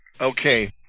Okay